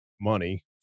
money